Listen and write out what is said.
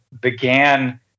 began